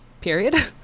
period